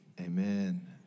amen